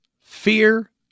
fear